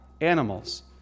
animals